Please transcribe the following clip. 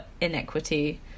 inequity